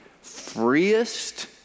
freest